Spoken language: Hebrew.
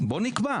אלא בוא נקבע,